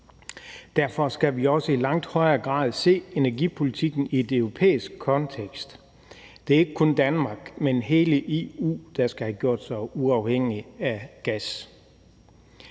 Derfor skal vi også i langt højere grad se energipolitikken i en europæisk kontekst. Det er ikke kun Danmark, men hele EU, der skal have gjort sig uafhængig af gas.